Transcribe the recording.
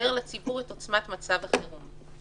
לציבור את עוצמת מצב החירום.